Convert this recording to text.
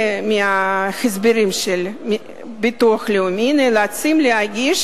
זה מההסברים של ביטוח לאומי, להגיש